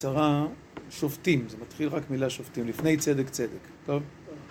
שרה שופטים, זה מתחיל רק מילה שופטים, לפני צדק צדק, טוב?